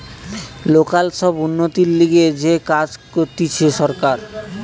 local সব উন্নতির লিগে যে কাজ করতিছে সরকার